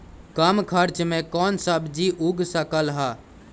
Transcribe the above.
कम खर्च मे कौन सब्जी उग सकल ह?